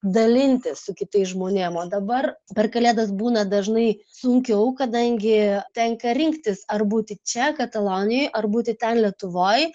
dalintis su kitais žmonėm o dabar per kalėdas būna dažnai sunkiau kadangi tenka rinktis ar būti čia katalonijoj ar būti ten lietuvoj